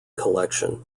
collection